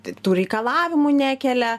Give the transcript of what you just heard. tai tų reikalavimų nekelia